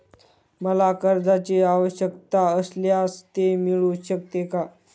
मला कर्जांची आवश्यकता असल्यास ते मिळू शकते का?